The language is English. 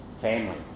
family